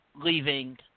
leaving